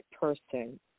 person